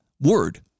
word